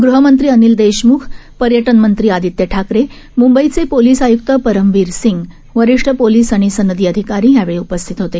गृहमंत्री अनिल देशम्ख पर्यटन मंत्री आदित्य ठाकरे मंबईचे पोलीस आय्क्त परमबीर सिंह वरिष्ठ पोलिस आणि सनदी अधिकारी या वेळी उपस्थित होते